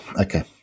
okay